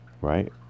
right